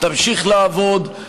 תמשיך לעבוד,